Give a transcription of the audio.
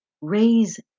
raise